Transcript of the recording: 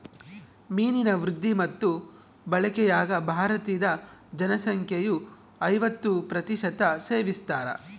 ಮೀನಿನ ವೃದ್ಧಿ ಮತ್ತು ಬಳಕೆಯಾಗ ಭಾರತೀದ ಜನಸಂಖ್ಯೆಯು ಐವತ್ತು ಪ್ರತಿಶತ ಸೇವಿಸ್ತಾರ